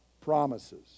promises